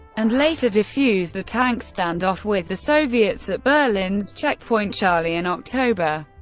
and later defuse the tank standoff with the soviets at berlin's checkpoint charlie in october.